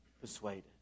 persuaded